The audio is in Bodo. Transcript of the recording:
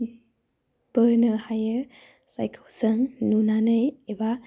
बोनो हायो जायखौ जों नुनानै एबा